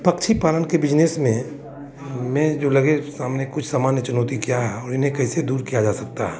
पक्षी पालन के बिजनेस में में जो लगे हमने कुछ सामान्य चुनौती क्या है इन्हें कैसे दूर किया जा सकता है